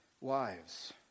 wives